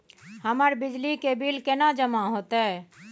हमर बिजली के बिल केना जमा होते?